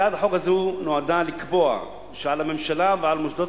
הצעת החוק הזו נועדה לקבוע שעל הממשלה ועל מוסדות